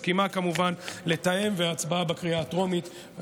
מסכימה כמובן לתאם לאחר ההצבעה בקריאה הטרומית.